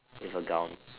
with a ground